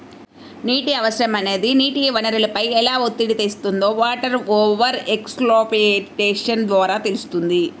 నీటి అవసరం అనేది నీటి వనరులపై ఎలా ఒత్తిడి తెస్తుందో వాటర్ ఓవర్ ఎక్స్ప్లాయిటేషన్ ద్వారా తెలుస్తుంది